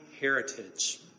heritage